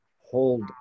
hold